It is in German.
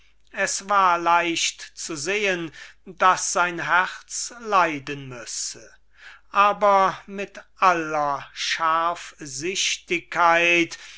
es war leicht zu sehen daß sein herz leiden müsse aber mit aller